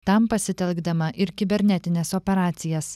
tam pasitelkdama ir kibernetines operacijas